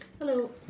Hello